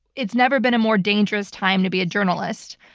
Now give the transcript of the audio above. it's never been a more dangerous time to be a journalist.